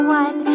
one